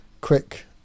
quick